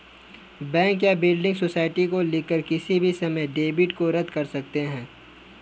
bank या building society को लिखकर किसी भी समय डेबिट को रद्द कर सकते हैं